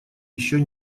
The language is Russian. еще